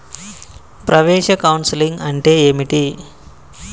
ప్రవేశ కౌన్సెలింగ్ అంటే ఏమిటి?